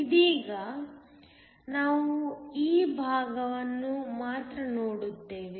ಇದೀಗ ನಾವು ಈ ಭಾಗವನ್ನು ಮಾತ್ರ ನೋಡುತ್ತೇವೆ